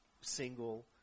single